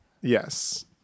yes